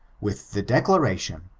with the declaration,